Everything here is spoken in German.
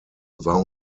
war